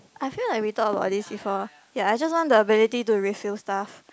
I feel like we talk about this before ya I just want the ability to refill stuff